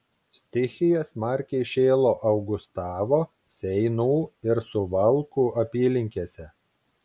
stichija smarkiai šėlo augustavo seinų ir suvalkų apylinkėse